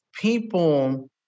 people